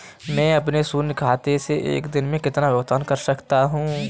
मैं अपने शून्य खाते से एक दिन में कितना भुगतान कर सकता हूँ?